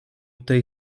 tej